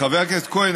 חבר הכנסת כהן,